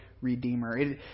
redeemer